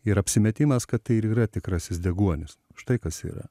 ir apsimetimas kad tai ir yra tikrasis deguonis štai kas yra